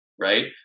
right